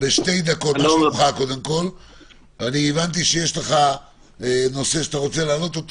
אני הבנתי שיש נושא שאתה רוצה להעלות,